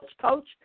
coach